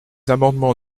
amendements